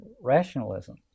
rationalism